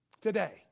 today